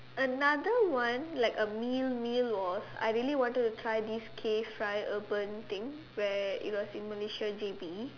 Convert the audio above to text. another one like a meal meal was I really wanted to try this K fry urban thing where it was in Malaysia J_B